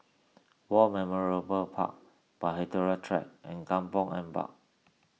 War Memorial War Park Bahtera Track and Kampong Ampat